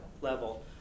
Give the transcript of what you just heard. level